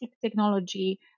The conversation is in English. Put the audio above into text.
technology